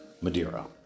Madeira